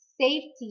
safety